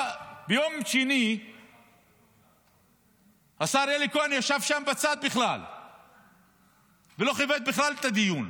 ביום שני השר אלי כהן ישב שם בצד ולא כיבד בכלל את הדיון.